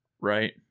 right